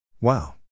Wow